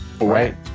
Right